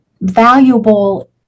valuable